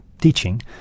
teaching